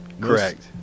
correct